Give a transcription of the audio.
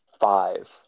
five